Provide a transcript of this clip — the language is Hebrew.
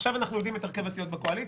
עכשיו אנחנו יודעים את הרכב הסיעות בקואליציה,